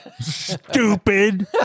stupid